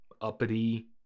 uppity